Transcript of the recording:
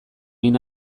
min